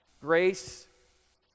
grace